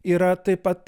yra taip pat